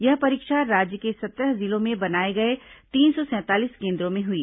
यह परीक्षा राज्य के सत्रह जिलों में बनाए गए तीन सौ सैंतालीस केन्द्रों में हुई